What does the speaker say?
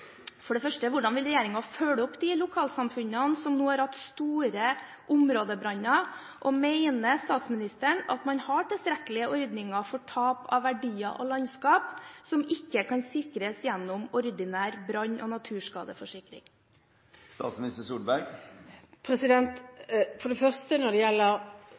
første hvordan regjeringen vil følge opp de lokalsamfunnene som nå har hatt store områdebranner. Og: Mener statsministeren at man har tilstrekkelige ordninger for tap av verdier og landskap som ikke kan sikres gjennom ordinær brann- og naturskadeforsikring? For det første, når det gjelder